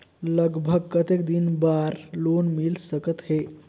लगभग कतेक दिन बार लोन मिल सकत हे?